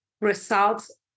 results